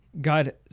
God